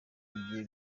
igiye